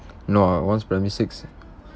no ah once primary six